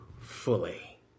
fully